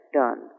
done